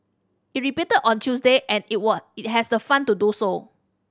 it repeated on Tuesday and it was it has the fund to do so